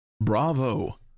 Bravo